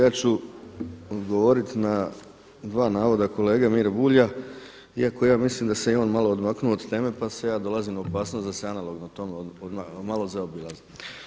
Ja ću odgovoriti na dva navoda kolege Mire Bulja iako mislim da se i on malo odmaknuo od teme, pa sada ja dolazim u opasnost da se analogno tome malo zaobilazim.